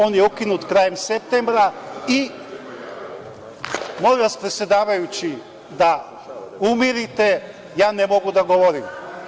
On je ukinut krajem septembra i, molim vas, predsedavajući, da umirite, ja ne mogu da govorim.